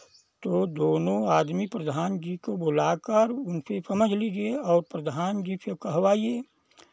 तो दोनों आदमी प्रधान जी को बुला कर उनसे समझ लीजिए और प्रधान जी से कहवाइए